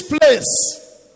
place